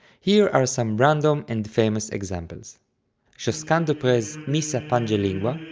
here are some random and famous examples josquin de prez's missa pange lingua,